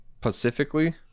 pacifically